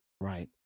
Right